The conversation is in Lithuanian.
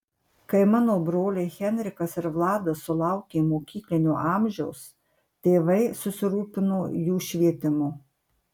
kai mano broliai henrikas ir vladas sulaukė mokyklinio amžiaus tėvai susirūpino jų švietimu